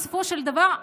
בסופו של דבר,